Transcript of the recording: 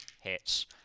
hits